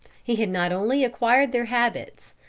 he had not only acquired their habits,